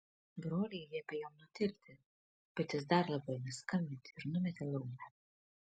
broliai liepė jam nutilti bet jis dar labiau ėmė skambinti ir numetė laumę